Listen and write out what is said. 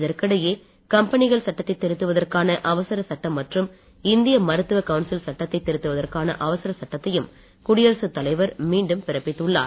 இதற்கிடையே கம்பெனிகள் சட்டத்தை திருத்துவதற்கான அவசர சட்டம் மற்றும் இந்திய மருத்துவக் கவுன்சில் சட்டத்தை திருத்துவதற்கான அவசர சட்டத்தையும் குடியரசுத் தலைவர் மீண்டும் பிறப்பித்துள்ளார்